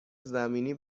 زمینی